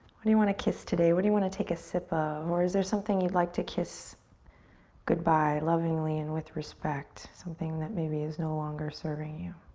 what do you want to kiss today? what do you want to take a sip of? or is there something you'd like to kiss goodbye lovingly and with respect? something that maybe is no longer serving you.